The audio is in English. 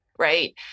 right